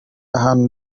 ahantu